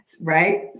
right